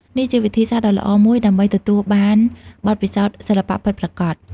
នេះជាវិធីសាស្រ្តដ៏ល្អមួយដើម្បីទទួលបានបទពិសោធន៍សិល្បៈពិតប្រាកដ។